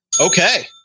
okay